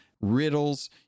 riddles